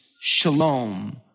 shalom